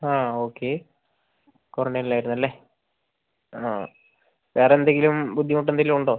ആ ഓക്കെ ക്വാറൻറ്റിനിൽ ആയിരുന്നല്ലേ ആഹ് വേറെ എന്തെങ്കിലും ബുദ്ധിമുട്ട് എന്തേലുമുണ്ടൊ